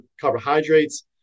carbohydrates